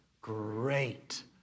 great